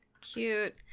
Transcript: Cute